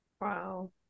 Wow